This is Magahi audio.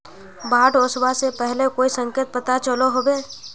बाढ़ ओसबा से पहले कोई संकेत पता चलो होबे?